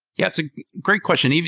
yeah, it's a great question.